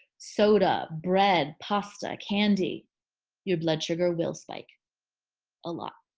soda, bread, pasta, candy your blood sugar will spike a lot.